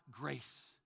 grace